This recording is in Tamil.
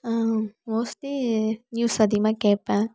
மோஸ்ட்லி நியூஸ் அதிகமாக கேட்பன்